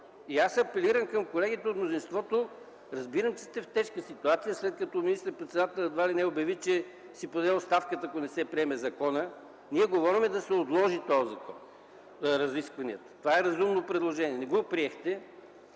Аз апелирам към колегите от мнозинството. Разбирам, че сте в тежка ситуация, след като министър-председателят едва ли не обяви, че ще си подаде оставката, ако не се приеме законът. Ние говорим да се отложат разискванията. Това е разумно предложение – не го приехте,